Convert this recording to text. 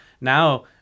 Now